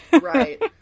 Right